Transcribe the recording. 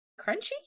crunchy